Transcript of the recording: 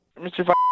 Mr